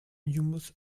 hummus